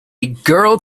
girl